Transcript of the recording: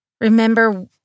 remember